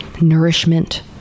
nourishment